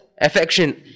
affection